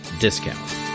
discount